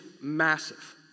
massive